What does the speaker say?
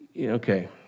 Okay